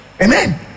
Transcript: Amen